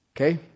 Okay